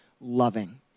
loving